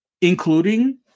including